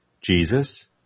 Jesus